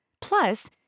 Plus